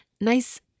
nice